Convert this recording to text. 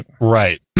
Right